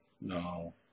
no